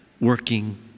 working